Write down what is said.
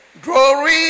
glory